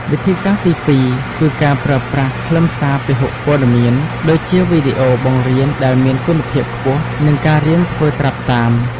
វិធីសាស្ត្រទីពីរគឺការប្រើប្រាស់ ខ្លឹមសារពហុព័ត៌មាន ដូចជាវីដេអូបង្រៀនដែលមានគុណភាពខ្ពស់ និងការរៀនធ្វើត្រាប់តាម។